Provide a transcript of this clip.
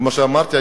כמו שאמרתי,